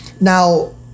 Now